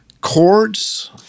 chords